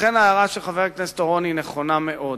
לכן ההערה של חבר הכנסת אורון היא נכונה מאוד.